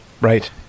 Right